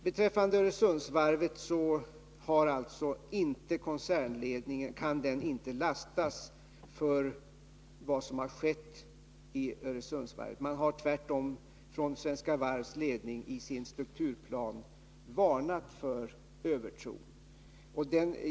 Vad Öresundsvarvet beträffar kan koncernledningen inte lastas för vad som skett. Svenska Varvs ledning har tvärtom i sin strukturplan varnat för övertro.